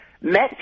met